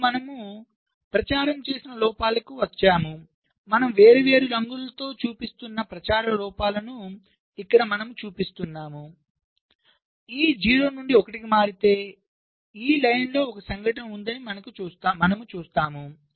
ఇప్పుడు మనము ప్రచారం చేసిన లోపాలకు వచ్చాము మనము వేర్వేరు రంగులతో చూపిస్తున్న ప్రచార లోపాలను ఇక్కడ మనము చూస్తున్నాము E 0 నుండి 1 మారితే E లైన్లో ఒక సంఘటన ఉందని మనము చూస్తాము